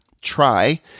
try